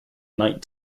night